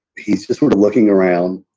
he's sort of looking around.